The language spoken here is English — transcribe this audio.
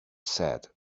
said